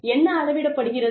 என்ன அளவிடப்படுகிறது